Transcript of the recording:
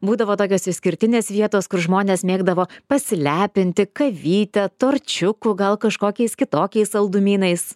būdavo tokios išskirtinės vietos kur žmonės mėgdavo pasilepinti kavyte torčiuku gal kažkokiais kitokiais saldumynais